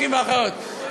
אחים ואחיות,